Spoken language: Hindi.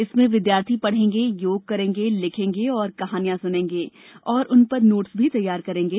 इसमें विद्यार्थी पढेंगे योग करेंगे लिखेंगे और कहानियॉ सुनेंगे और उन पर नोटस तैयार करेंगे